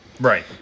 right